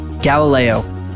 Galileo